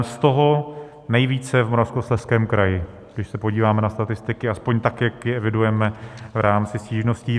Z toho nejvíce v Moravskoslezském kraji, když se podíváme na statistiky aspoň tak, jak je evidujeme v rámci stížností.